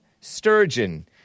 Sturgeon